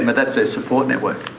um that's their support network.